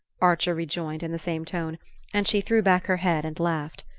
archer rejoined in the same tone and she threw back her head and laughed.